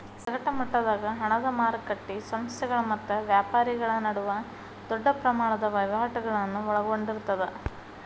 ಸಗಟ ಮಟ್ಟದಾಗ ಹಣದ ಮಾರಕಟ್ಟಿ ಸಂಸ್ಥೆಗಳ ಮತ್ತ ವ್ಯಾಪಾರಿಗಳ ನಡುವ ದೊಡ್ಡ ಪ್ರಮಾಣದ ವಹಿವಾಟುಗಳನ್ನ ಒಳಗೊಂಡಿರ್ತದ